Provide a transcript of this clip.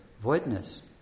voidness